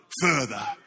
further